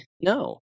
No